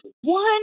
one